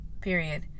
Period